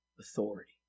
authority